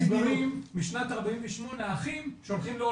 -- משנת 1948 האחים שהולכים לעולמם.